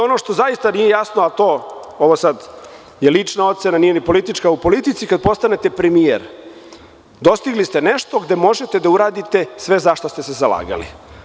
Ono što zaista nije jasno, ovo je sad lična ocena, nije politička, u politici kad postanete premijer dostigli ste nešto gde možete da uradite sve za šta ste se zalagali.